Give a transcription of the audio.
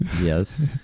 Yes